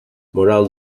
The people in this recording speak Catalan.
moral